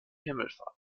himmelfahrt